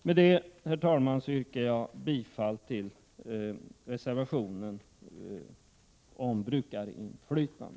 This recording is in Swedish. Med detta, herr talman, yrkar jag bifall till reservationen om brukarinflytande.